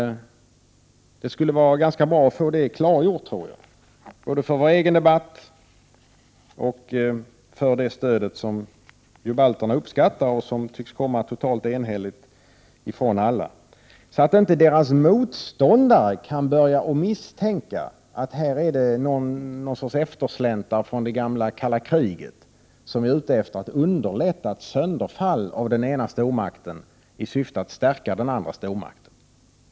Det skulle vara ganska bra att få det klargjort, tror jag, både för vår egen debatt och för det stöd som ju balterna uppskattar och som tycks vara totalt enhälligt. Annars kan deras motståndare börja misstänka att här är det någon sorts eftersläntrare från det gamla kalla kriget som är ute efter att underlätta ett sönderfall av den ena stormakten i syfte att stärka den andra stormakten.